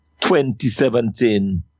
2017